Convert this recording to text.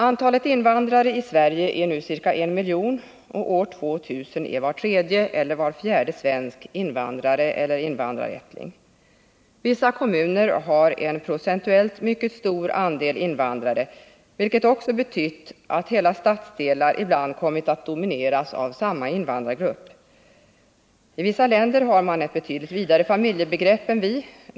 Antalet invandrare i Sverige är nu ca 1 miljon, och år 2000 är var tredje eller var fjärde svensk invandrare eller invandrarättling. Vissa kommuner har en procentuellt mycket stor andel invandrare, vilket också betytt att hela stadsdelar ibland kommit att domineras av samma invandrargrupp. I vissa länder har man ett betydligt vidare familjebegrepp än vi.